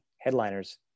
headliners